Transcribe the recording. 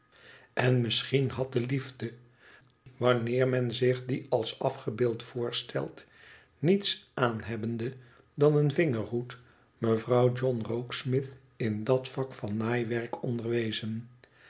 en misschien had de liefde wanneer men zich die als afgebeeld voorstelt niets aanhebbende dan een vingerhoed mevrouw john rokesmith in dat vak van naaiwerk onderwezen